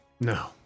No